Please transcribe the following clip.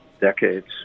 decades